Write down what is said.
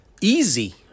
easy